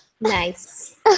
Nice